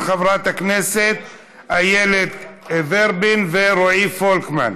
של חברת כנסת איילת ורבין ורועי פולקמן,